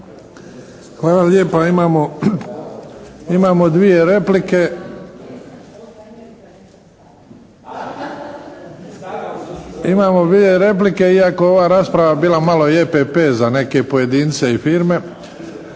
replike. Imamo dvije replike iako ova rasprava bila malo i EPP za neke pojedince i firme.